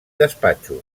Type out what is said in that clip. despatxos